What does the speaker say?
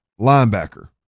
linebacker